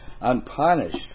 unpunished